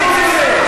תשכחו מזה.